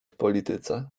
polityce